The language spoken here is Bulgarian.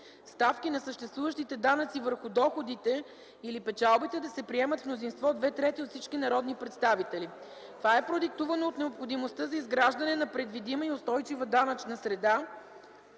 ставки на съществуващите данъци върху доходите или печалбите да се приемат с мнозинство две трети от всички народни представители. Това е продиктувано от необходимостта за изграждане на предвидима и устойчива данъчна среда,